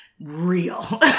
real